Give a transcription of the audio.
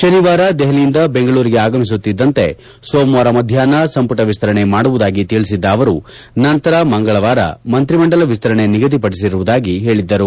ಶನಿವಾರ ದೆಹಲಿಯಿಂದ ಬೆಂಗಳೂರಿಗೆ ಅಗಮಿಸುತ್ತಿದ್ದಂತೆ ಸೋಮವಾರ ಮಧ್ಯಾಹ್ವ ಸಂಪುಟ ವಿಸ್ತರಣೆ ಮಾಡುವುದಾಗಿ ತಿಳಿಸಿದ್ದ ಅವರು ನಂತರ ಮಂಗಳವಾರ ಮಂತ್ರಿಮಂಡಲ ವಿಸ್ತರಣೆ ನಿಗದಿ ಪಡಿಸಿರುವುದಾಗಿ ಹೇಳಿದ್ದರು